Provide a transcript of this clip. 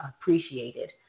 appreciated